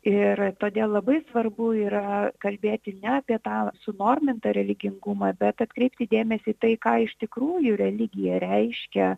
ir todėl labai svarbu yra kalbėti ne apie tą sunormintą religingumą bet atkreipti dėmesį į tai ką iš tikrųjų religija reiškia